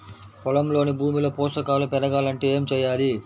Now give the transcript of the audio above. పొలంలోని భూమిలో పోషకాలు పెరగాలి అంటే ఏం చేయాలి?